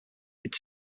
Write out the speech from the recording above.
its